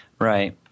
Right